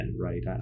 right